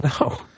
No